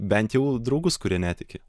bent jau draugus kurie netiki